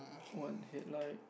one headlight